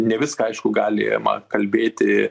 ne viską aišku galima kalbėti